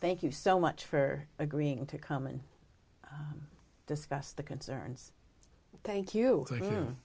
thank you so much for agreeing to come and discuss the concerns thank you